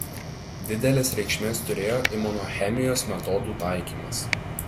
didelės reikšmės turėjo imunochemijos metodų taikymas